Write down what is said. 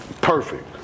Perfect